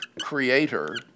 Creator